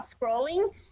scrolling